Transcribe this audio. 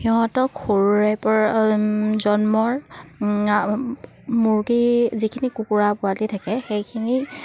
সিহঁতক সৰুৰেপৰা জন্মৰ মুৰ্গী যিখিনি কুকুৰা পোৱালি থাকে সেইখিনি